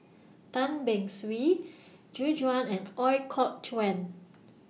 Tan Beng Swee Gu Juan and Ooi Kok Chuen